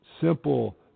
simple